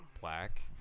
black